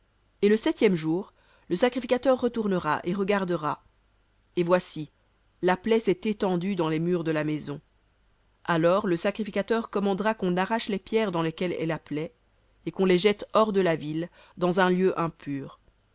et le septième jour le sacrificateur retournera et regardera et voici la plaie s'est étendue dans les murs de la maison alors le sacrificateur commandera qu'on arrache les pierres dans lesquelles est la plaie et qu'on les jette hors de la ville dans un lieu impur